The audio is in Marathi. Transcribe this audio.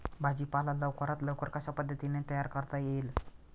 भाजी पाला लवकरात लवकर कशा पद्धतीने तयार करता येईल?